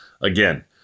again